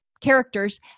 characters